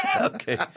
Okay